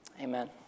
amen